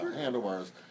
handlebars